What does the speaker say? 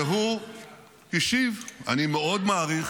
-- והוא השיב: אני מאוד מעריך,